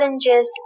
challenges